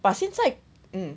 but 现在 mm